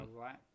right